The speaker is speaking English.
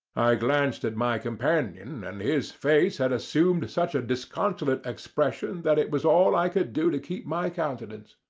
i glanced at my companion, and his face had assumed such a disconsolate expression that it was all i could do to keep my countenance.